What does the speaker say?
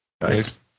Nice